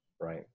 right